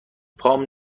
پام